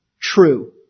true